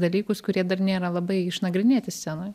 dalykus kurie dar nėra labai išnagrinėti scenoj